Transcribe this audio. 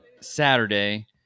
Saturday